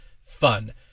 fun